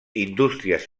indústries